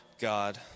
God